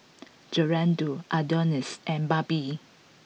Gerardo Adonis and Barbie